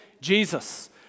Jesus